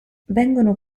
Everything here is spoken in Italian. vengono